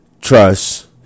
trust